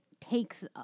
takes